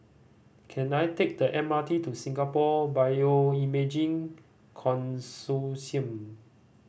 can I take the M R T to Singapore Bioimaging Consortium